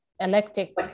electric